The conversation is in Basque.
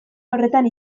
horretan